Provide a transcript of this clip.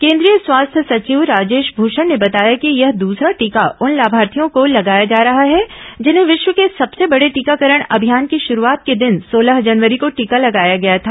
केंद्रीय स्वास्थ्य सचिव राजेश भूषण ने बताया कि यह द्सरा टीका उन लाभार्थियों को लगाया जा रहा है जिन्हें विश्व के सबसे बड़े टीकाकरण अभियान की शुरुआत के दिन सोलह जनवरी को टीका लगाया गया था